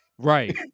Right